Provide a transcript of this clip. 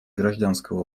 гражданского